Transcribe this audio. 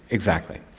exactly.